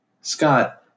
Scott